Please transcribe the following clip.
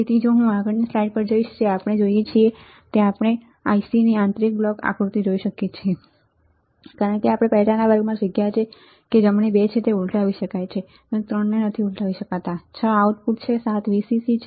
તેથી જો હું આગળની સ્લાઈડ પર જઈશ જે આપણે જોઈએ છીએ તે આપણે જોઈ શકીએ છીએ આપણે IC ની આંતરિક બ્લોક આકૃતિ જોઈ શકીએ છીએ કારણ કે આપણે પહેલાના વર્ગોમાં શીખ્યા છે કે જમણે 2 છે ઉલટાવી શકાય છે 3 ના ઉલટાવી શકાય એમ છે 6 આઉટપુટ છે 7 Vcc છે